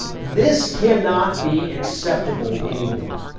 this can not be acceptable anymore,